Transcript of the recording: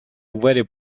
very